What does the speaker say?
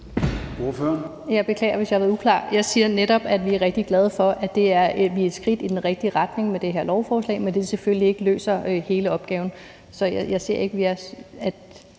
Jeg beklager, hvis jeg har været uklar. Jeg siger netop, at vi er rigtig glade for, at vi er kommet et skridt i den rigtige retning med det her lovforslag, men at det selvfølgelig ikke løser hele opgaven. Så jeg ser ikke, at